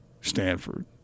Stanford